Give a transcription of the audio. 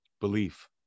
belief